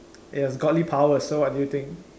yes godly powers so what do you think